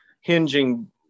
hinging